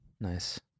Nice